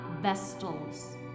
vestals